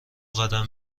قدم